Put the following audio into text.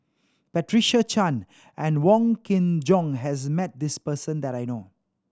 Patricia Chan and Wong Kin Jong has met this person that I know